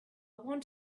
want